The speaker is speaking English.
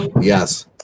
Yes